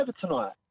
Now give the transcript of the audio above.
tonight